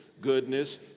goodness